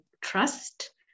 trust